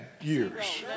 years